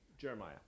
Jeremiah